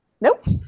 Nope